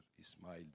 Ismail